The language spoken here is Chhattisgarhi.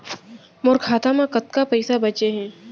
मोर खाता मा कतका पइसा बांचे हे?